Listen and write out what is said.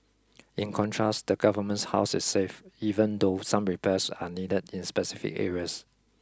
in contrast the Government's house is safe even though some repairs are needed in specific areas